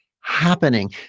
happening